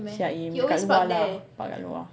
Seah Im kat luar lah park kat luar